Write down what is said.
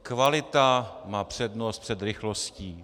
Kvalita má přednost před rychlostí.